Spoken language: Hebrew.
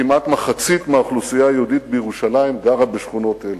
כמעט מחצית מהאוכלוסייה היהודית בירושלים גרה בשכונות אלו.